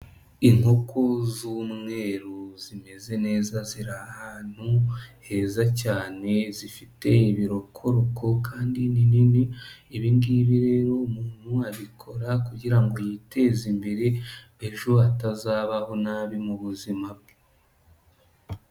Inkoko z'umweru zimeze neza ziri ahantu heza cyane zifite ibirokoroko kandi ni nini, ibi ngibi rero umuntu abikora kugira ngo yiteze imbere, ejo atazabaho nabi mu buzima bwe.